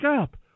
up